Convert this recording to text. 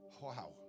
Wow